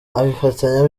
abifatanya